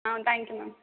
ah thank you ma'am